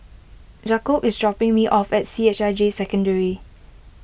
Jakobe is dropping me off at C H I J Secondary